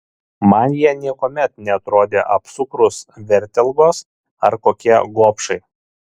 man jie niekuomet neatrodė apsukrūs vertelgos ar kokie gobšai